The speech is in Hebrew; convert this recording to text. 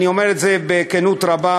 אני אומר את זה בכנות רבה,